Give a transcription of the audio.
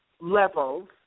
levels